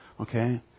Okay